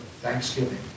thanksgiving